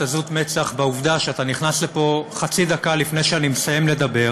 עזות מצח בעובדה שאתה נכנס לפה חצי דקה לפני שאני מסיים לדבר